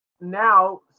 now